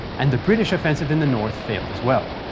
and the british offensive in the north failed as well.